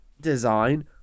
design